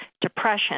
depression